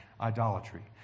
idolatry